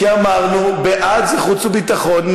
כי אמרנו בעד זה חוץ וביטחון,